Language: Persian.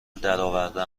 درآورده